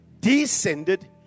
descended